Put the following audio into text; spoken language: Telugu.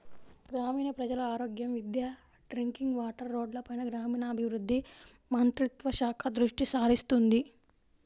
గ్రామీణ ప్రజల ఆరోగ్యం, విద్య, డ్రింకింగ్ వాటర్, రోడ్లపైన గ్రామీణాభివృద్ధి మంత్రిత్వ శాఖ దృష్టిసారిస్తుంది